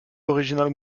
original